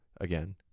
Again